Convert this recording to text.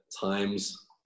times